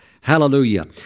Hallelujah